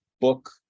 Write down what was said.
book